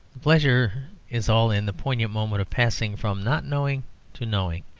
pleasure is all in the poignant moment of passing from not knowing to knowing.